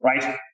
right